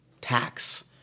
tax